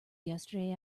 yesterday